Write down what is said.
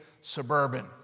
Suburban